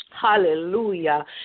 Hallelujah